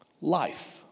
life